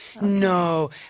No